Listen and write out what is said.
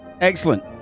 Excellent